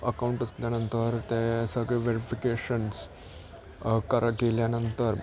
account असल्यानंतर ते सगळे व्हेरीफिकेशन्स करा केल्यानंतर